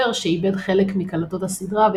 סופר שעיבד חלק מקלטות הסדרה,